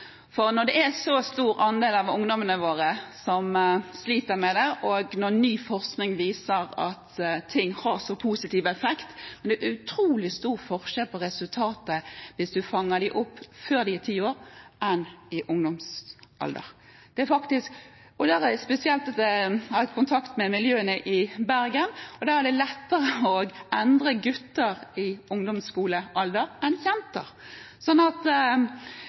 når det er en så stor andel av ungdommene våre som sliter med det, og når ny forskning viser at ting har så positiv effekt. Men det er utrolig stor forskjell på resultatet hvis en fanger dem opp før de er ti år, enn når de er i ungdomsalder. Jeg har hatt kontakt med miljøene spesielt i Bergen, og der er det lettere å endre gutter i ungdomsskolealder enn jenter. Så det er helt avgjørende at